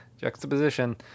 juxtaposition